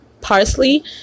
parsley